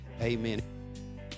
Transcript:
amen